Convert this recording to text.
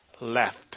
left